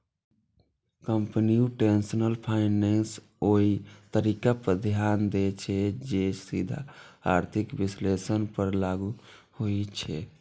computational finance ओइ तरीका पर ध्यान दै छै, जे सीधे आर्थिक विश्लेषण पर लागू होइ छै